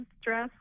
stress